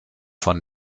von